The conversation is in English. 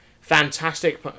Fantastic